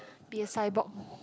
be a cyborg